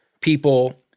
people